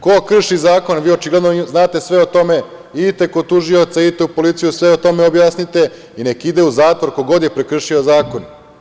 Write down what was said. Ko krši zakon, vi očigledno znate sve o tome, idite kod tužioca, idite u policiju, sve o tome objasnite i neka ide u zatvor ko god je prekršio zakon.